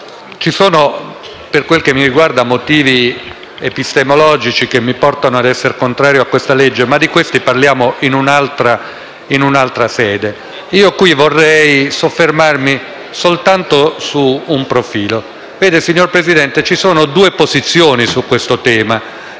Presidente, per quel che mi riguarda ci sono motivi epistemologici che mi portano ad essere contrario a questo provvedimento, ma di essi parleremo in un'altra sede. Vorrei qui soffermarmi soltanto su un profilo. Signor Presidente, ci sono due posizioni su questo tema,